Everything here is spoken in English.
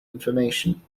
information